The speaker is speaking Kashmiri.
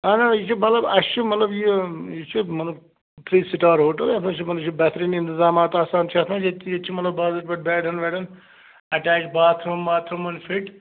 آ نہَ نہَ یہِ چھُ مطلب اَسہِ چھُ مطلب یہِ یہِ چھُ مطلب تھرٛی سِٹار ہوٹل یَتھ منٛز چھِ بَنَن یہِ چھِ بہتریٖن اَِنتظامات آسان چھِ یتھ منٛز ییٚتہِ ییٚتہِ چھِ مطلب باضٲبطہٕ پٲٹھۍ بٮ۪ڈٕہَن وٮ۪ڈٕہَن attach bathroom washroom ہن فِٹ